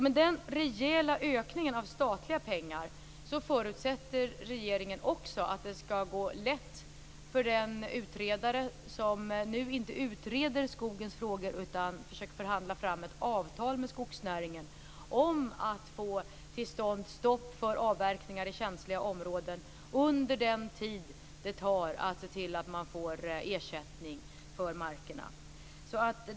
Med den rejäla ökningen av statliga pengar förutsätter regeringen att det skall gå lätt för den utredare som nu inte utreder skogsfrågorna utan försöker förhandla fram ett avtal med skogsnäringen om att få till stånd stopp för avverkningar i känsliga områden under den tid det tar att få ersättning för markerna.